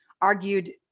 argued